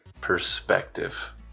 perspective